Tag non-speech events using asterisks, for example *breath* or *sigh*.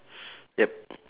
*breath* yup